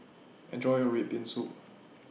Enjoy your Red Bean Soup